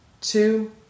two